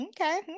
Okay